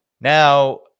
Now